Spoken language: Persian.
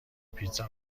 پیتزا